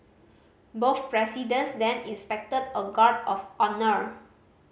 both presidents then inspected a guard of honour